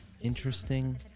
interesting